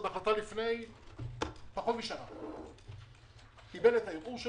קבע שהעובדה שהם הגישו את זה ברמה אישית לא נכונה,